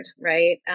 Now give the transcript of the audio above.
right